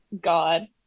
God